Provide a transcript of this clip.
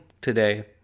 today